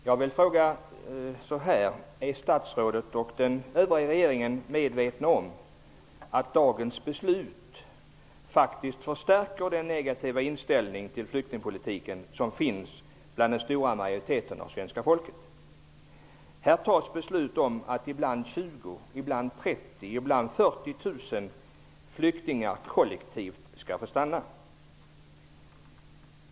Herr talman! Är statsrådet och övriga i regeringen medvetna om att dagens beslut faktiskt förstärker den negativa inställning till flyktingpolitiken som finns bland den stora majoriteten av det svenska folket? Här fattas beslut om att i bland 20 000, i bland 30 000 och i bland 40 000 flyktingar kollektivt skall få stanna.